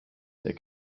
der